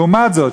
לעומת זאת,